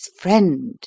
friend